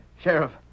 Sheriff